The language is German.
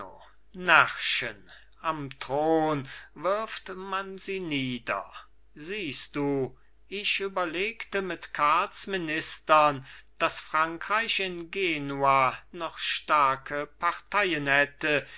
närrchen am thron wirft man sie nieder siehst du ich überlegte mit karls ministern daß frankreich in genua noch starke parteien hätte